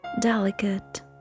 delicate